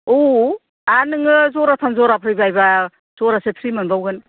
औ आरो नोङो जराथाम जराब्रै बायबा जरासे फ्रि मोनबावगोन